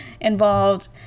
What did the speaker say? involved